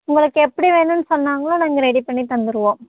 உங்களுக்கு எப்படி வேணும்னு சொன்னாங்களோ நாங்கள் ரெடி பண்ணி தந்துருவோம்